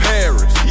Paris